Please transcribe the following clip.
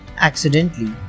Accidentally